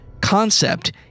concept